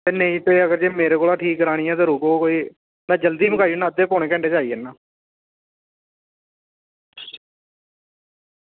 ते जेकर नेईं मेरे कोला गै ठीक करानी ते रूको ते जल्दी गै आई जन्ना अद्धे पौने घैंटे च आई जन्ना